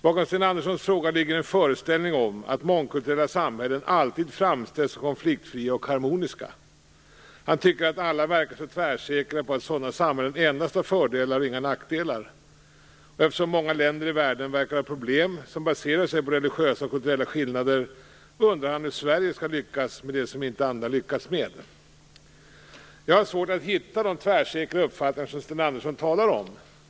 Bakom Sten Anderssons fråga ligger en föreställning om att mångkulturella samhällen alltid framställs som konfliktfria och harmoniska. Han tycker att alla verkar så tvärsäkra på att sådana samhällen endast har fördelar och inga nackdelar. Eftersom många länder i världen verkar ha problem som baserar sig på religiösa och kulturella skillnader, undrar han hur Sverige skall lyckas med det som inte andra lyckats med. Jag har svårt att hitta de tvärsäkra uppfattningar som Sten Andersson talar om.